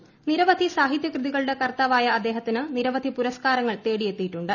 ന്ടിരവധി സാഹിതൃകൃതികളുടെ കർത്താവായു അദ്ദേഹത്തിന് നിരവധി പുരസ്കാരങ്ങൾ തേടിയെത്തിയെത്തീയിട്ടുണ്ട്